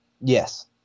Yes